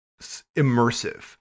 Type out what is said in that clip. immersive